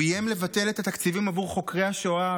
הוא איים לבטל את התקציבים עבור חוקרי השואה,